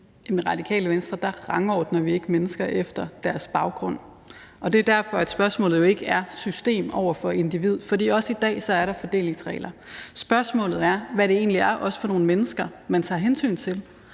Radikale Venstre rangordner vi ikke mennesker efter deres baggrund, og det er jo derfor, at spørgsmålet ikke handler om system over for individ, for også i dag er der fordelingsregler. Spørgsmålet er, hvad det egentlig er for nogle mennesker, man tager hensyn til,